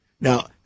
Now